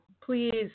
please